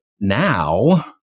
now